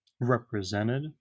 represented